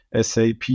SAP